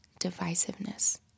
divisiveness